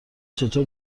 چطور